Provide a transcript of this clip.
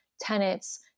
tenants